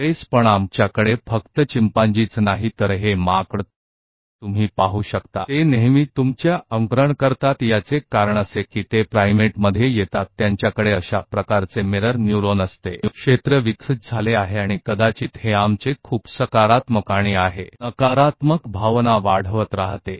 लेकिन यह केवल हमारे पास नहीं है चिंपैंजी के पास भी यह है बंदर आप देख सकते हैं कि वे हमेशा आपकी नकल करते हैं ये इसलिए हैं कि वे प्राइमेट्स में आते हैं उन्होंने मिरर न्यूरॉन के इस क्षेत्र को विकसित किया है और शायद यह हमारी बहुत सकारात्मक और नकारात्मक भावनाओं को बढ़ाता रहता है